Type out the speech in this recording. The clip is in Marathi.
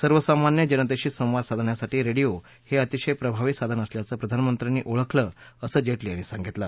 सर्वसामान्य जनतेशी संवाद साधण्यासाठी रेडियो हे अतिशय प्रभावी साधन असल्याचं प्रधानमंत्र्यांनी ओळखलं असं जेटली यांनी सांगितलं